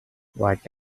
what